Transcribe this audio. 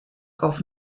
auf